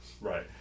Right